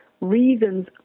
reasons